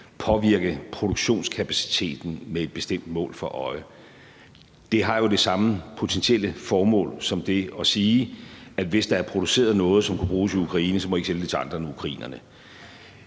påvirke produktionskapaciteten med et bestemt mål for øje. Det har jo det samme potentielle formål som det at sige, at hvis der er produceret noget, som kan bruges i Ukraine, så må man ikke sælge det til andre end ukrainerne.